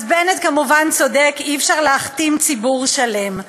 אז בנט כמובן צודק, אי-אפשר להכתים ציבור שלם.